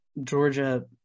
Georgia